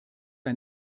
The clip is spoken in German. ein